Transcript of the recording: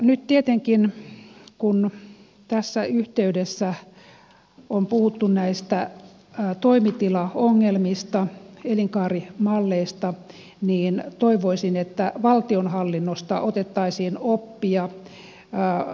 nyt tietenkin kun tässä yhteydessä on puhuttu näistä toimitilaongelmista elinkaarimalleista niin toivoisin että valtionhallinnosta otettaisiin oppia